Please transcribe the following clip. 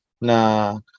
na